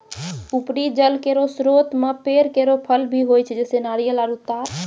उपरी जल केरो स्रोत म पेड़ केरो फल भी होय छै, जैसें नारियल आरु तार